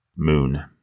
Moon